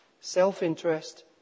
Self-interest